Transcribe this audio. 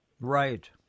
Right